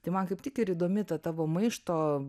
tai man kaip tik ir įdomi ta tavo maišto